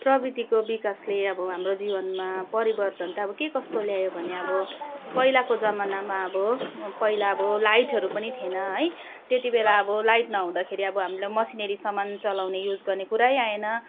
प्रविधिको विकासले अब हाम्रो जीवनमा परिवर्तन त अब के कस्तो ल्यायो भने अब पहिलाको जमानामा अब पहिला अब लाइटहरू पनि थिएन है त्यति बेला अब लाइट नहुँदाखेरि अब हामीलाई मेसिनेरी सामान चलाउने युज गर्ने कुरा आएन